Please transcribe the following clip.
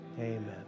amen